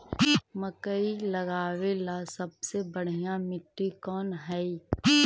मकई लगावेला सबसे बढ़िया मिट्टी कौन हैइ?